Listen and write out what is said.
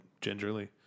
gingerly